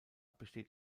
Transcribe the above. besteht